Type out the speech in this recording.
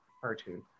cartoon